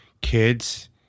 kids